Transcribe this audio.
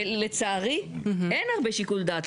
לצערי אין הרבה שיקול דעת.